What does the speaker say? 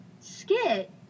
skit